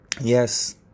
yes